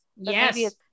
yes